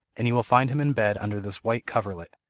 and you will find him in bed under this white coverlet.